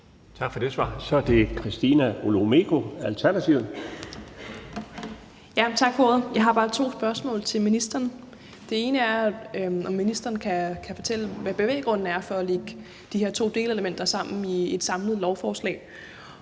Alternativet. Kl. 12:43 Christina Olumeko (ALT): Tak for ordet. Jeg har bare to spørgsmål til ministeren. Det ene er, om ministeren kan fortælle, hvad bevæggrunden er for at lægge de her to delelementer sammen i et samlet lovforslag.